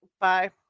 Bye